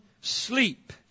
sleep